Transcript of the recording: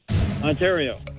Ontario